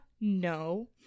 no